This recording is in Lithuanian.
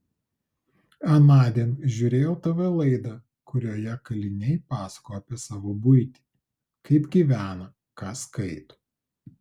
anądien žiūrėjau tv laidą kurioje kaliniai pasakojo apie savo buitį kaip gyvena ką skaito